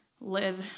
live